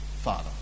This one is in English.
Father